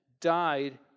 died